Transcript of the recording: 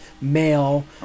male